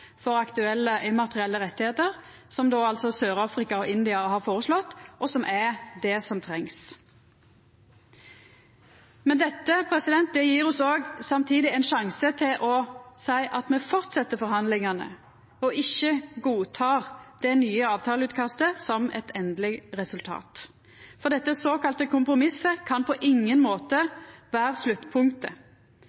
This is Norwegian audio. aktuelle immaterielle rettar som Sør-Afrika og India har kome med, og som er det som trengst. Men dette gjev oss samtidig ein sjanse til å seia at me held fram med forhandlingane, og at me ikkje godtek det nye avtaleutkastet som eit endeleg resultat. Dette såkalla kompromisset kan på ingen måte